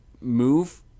move